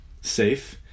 safe